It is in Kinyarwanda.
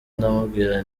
ndamubwira